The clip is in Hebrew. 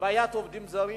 בעיית העובדים הזרים.